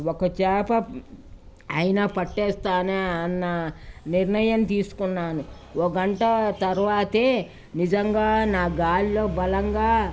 ఒక చేప అయినా పట్టేస్తానే అన్న నిర్ణయం తీసుకున్నాను ఒక గంట తర్వాతే నిజంగా నా గాలిలో బలంగా